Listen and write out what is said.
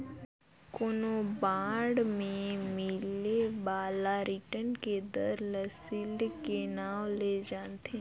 कोनो बांड मे मिले बाला रिटर्न के दर ल सील्ड के नांव ले जानथें